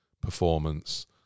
performance